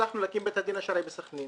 הצלחנו להקים בית דין שרעי בסח'נין